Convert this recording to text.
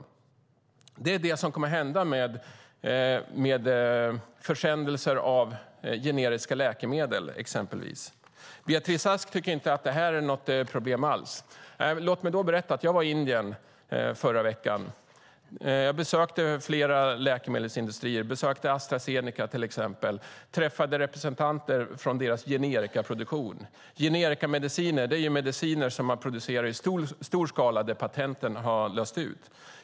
Låt mig ta upp vad som kommer att hända med försändelser av exempelvis generiska läkemedel. Beatrice Ask tycker inte att detta är något problem alls. Jag var i Indien förra veckan. Jag besökte flera läkemedelsindustrier, till exempel Astra Zeneca. Jag träffade representanter från deras generikaproduktion. Generika är ju mediciner som man producerar i stor skala och där patenten har löpt ut.